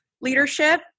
leadership